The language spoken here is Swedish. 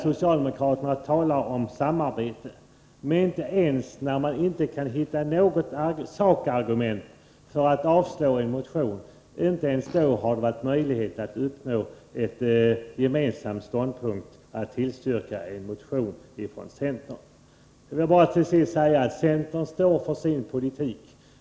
Socialdemokraterna talar om samarbete, men ej ens när de inte kan hitta något sakargument för att avstyrka en motion har det varit möjligt för dem att ansluta sig till en gemensam ståndpunkt och tillstyrka en motion från centern. Till sist vill jag bara säga att centern står för sin politik.